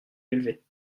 élevés